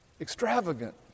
Extravagant